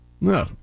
No